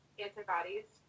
antibodies